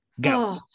Go